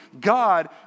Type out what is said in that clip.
God